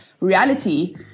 reality